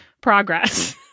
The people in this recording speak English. progress